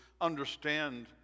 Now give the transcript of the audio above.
understand